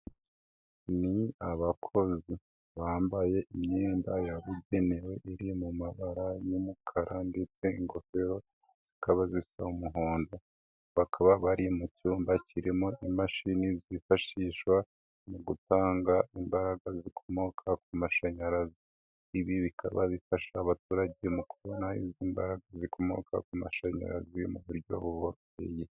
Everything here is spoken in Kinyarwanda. Ni abakozi bambaye imyenda ya bugenewe iri mu mabara y'umukara ndetse ingofero zikaba zisa umuhondo, bakaba bari mu cyumba kirimo imashini zifashishwa mu gutanga imbaraga zikomoka ku mashanyarazi, ibi bikaba bifasha abaturage mu kubona izi mbaraga zikomoka ku mashanyarazi mu buryo buboheye.